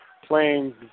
Playing